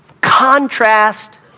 Contrast